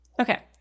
Okay